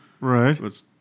Right